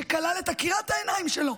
שכלל את עקירת העיניים שלו?